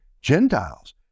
Gentiles